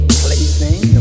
plaything